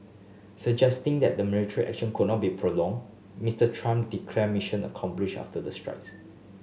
suggesting that the military action would not be prolonged Mister Trump declared mission accomplished after the strikes